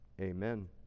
Amen